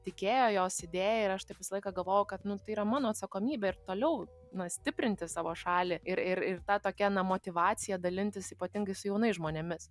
tikėjo jos idėja ir aš taip visą laiką galvojau kad tai yra mano atsakomybė ir toliau na stiprinti savo šalį ir ir ir ta tokia na motyvacija dalintis ypatingai su jaunais žmonėmis